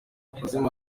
kuzimya